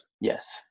Yes